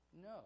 No